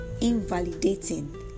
invalidating